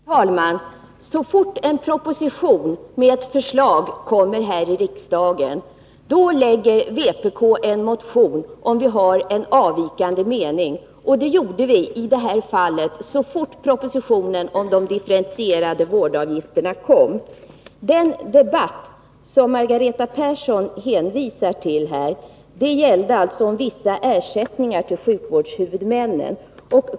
Fru talman! Så fort en proposition med ett förslag kommer hit till riksdagen väcker vpk en motion, om vi har en avvikande mening. I det här fallet väckte vi en motion så fort propositionen om de differentierade vårdavgifterna kom. Den debatt som Margareta Persson hänvisar till gällde vissa ersättningar till sjukvårdshuvudmännen.